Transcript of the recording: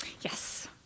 Yes